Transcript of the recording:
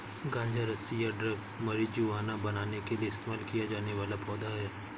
गांजा रस्सी या ड्रग मारिजुआना बनाने के लिए इस्तेमाल किया जाने वाला पौधा है